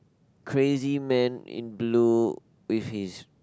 crazy man in blue with his